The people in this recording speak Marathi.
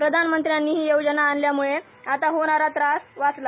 प्रधानमंत्र्यांनी ही योजना आणल्यामुळे आता होणारा त्रास वाचला